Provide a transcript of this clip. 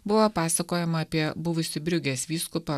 buvo pasakojama apie buvusį briugės vyskupą